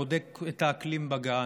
בודק את האקלים בגן,